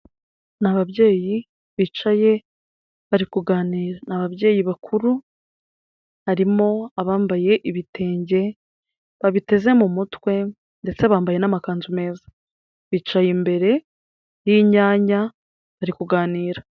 Ni ababyeyi bicaye bari kuganira, ni ababyeyi bakuru harimo abambaye ibitenge babiteze mu mutwe ndetse bambaye n'amakanzu meza, bicaye imbere y'inyanya bari kuganira.